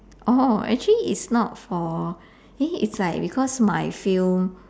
oh actually is not for eh is like because my film